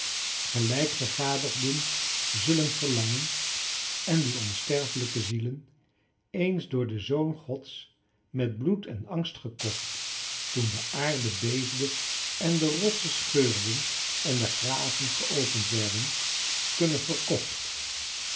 gelijk gegadigden zullen verlangen en die onsterfelijke zielen eens door den zoon gods met bloed en angst gekocht toen de aarde beefde en de rotsen scheurden en de graven geopend werden kunnen verkocht